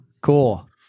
Cool